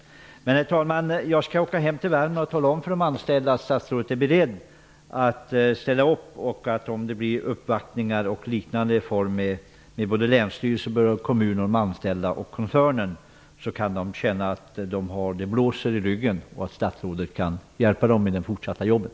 Herr talman! Jag skall åka hem till Värmland och tala om för de anställda att statsrådet är beredd att ställa upp om det blir uppvaktningar och liknande med länsstyrelsen, kommunen, de anställda och koncernen. De anställda kan känna att de har vinden i ryggen och att statsrådet kan hälpa dem med det fortsatta jobbet.